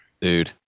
Dude